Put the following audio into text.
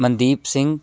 Mandeep Singh